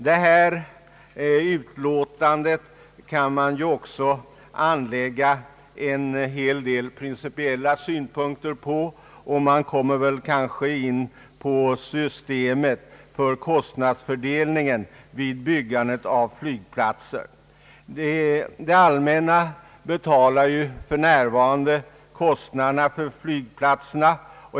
Det här utlåtandet kan man också anlägga en hel del principiella synpunkter på, som kanske även berör systemet för kostnadsfördelningen vid byggandet av flygplatser. Det allmänna betalar ju för närvarande kostnaderna för dessa.